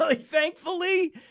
thankfully